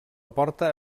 porta